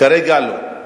כרגע לא.